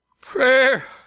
prayer